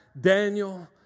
Daniel